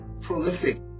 prolific